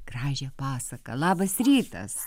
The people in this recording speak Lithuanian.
gražią pasaką labas rytas